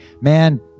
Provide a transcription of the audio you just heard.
man